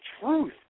truth